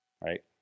Right